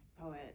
poet